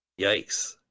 Yikes